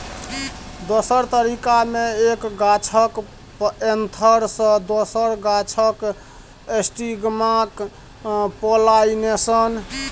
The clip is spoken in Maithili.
दोसर तरीका मे एक गाछक एन्थर सँ दोसर गाछक स्टिगमाक पोलाइनेशन